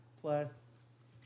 plus